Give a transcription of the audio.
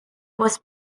was